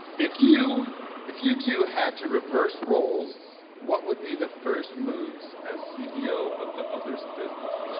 if you if you two had to reverse roles, what would be the first moves as ceo of the other's business?